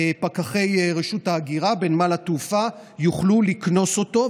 פקחי רשות ההגירה בנמל התעופה יוכלו לקנוס אותו.